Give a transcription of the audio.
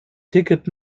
ticket